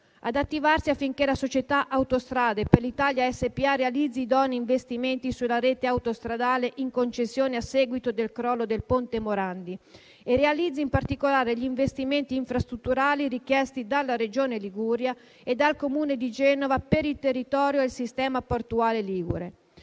ad attivarsi affinché la società Autostrade per l'Italia SpA realizzi idonei investimenti sulla rete autostradale in concessione a seguito del crollo del Ponte Morandi, e realizzi in particolare gli interventi infrastrutturali richiesti dalla Regione Liguria e dal Comune di Genova per il territorio e il sistema portuale liguri;